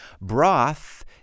Broth